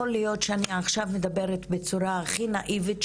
יכול להיות שאני עכשיו מדברת בצורה הכי נאיבית שאפשר,